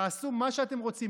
תעשו מה שאתם רוצים.